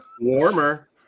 Warmer